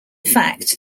fact